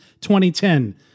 2010